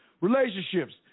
relationships